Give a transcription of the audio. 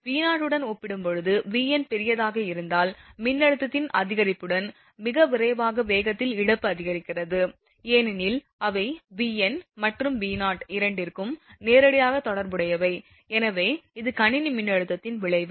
V0 உடன் ஒப்பிடும்போது Vn பெரியதாக இருந்தால் மின்னழுத்தத்தின் அதிகரிப்புடன் மிக விரைவான வேகத்தில் இழப்பு அதிகரிக்கிறது ஏனெனில் அவை Vn மற்றும் V0 இரண்டிற்கும் நேரடியாக தொடர்புடையவை எனவே இது கணினி மின்னழுத்தத்தின் விளைவு